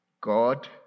God